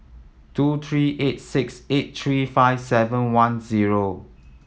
two three eight six eight three five seven one zero